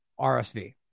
RSV